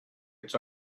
its